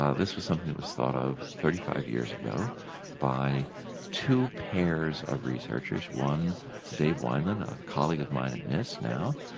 this was something that was thought of thirty five years ago by two pairs of researchers, one david wineland, a colleague of mine at nis now,